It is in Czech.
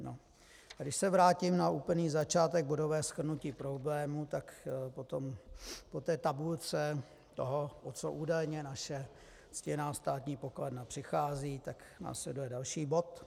A když se vrátím na úplný začátek bodového shrnutí problémů, tak po té tabulce toho, o co údajně naše ctěná státní pokladna přichází, následuje další bod.